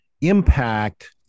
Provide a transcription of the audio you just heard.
impact